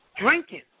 drinking